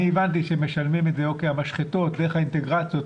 אני הבנתי שמשלמות את זה המשחטות דרך האינטגרציות,